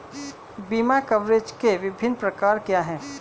बीमा कवरेज के विभिन्न प्रकार क्या हैं?